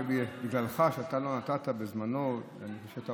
בגללך, שאתה לא נתת בזמנו, לא